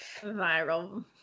viral